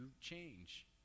change